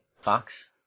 Fox